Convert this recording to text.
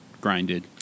grinded